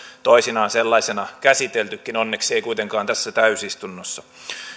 toisinaan sellaisena käsiteltykin onneksi ei kuitenkaan tässä täysistunnossa